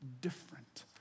different